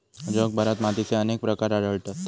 जगभरात मातीचे अनेक प्रकार आढळतत